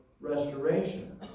restoration